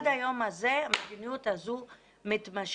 עד היום הזה המדיניות הזו מתמשכת.